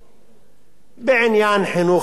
בעניין חינוך לגיל הרך,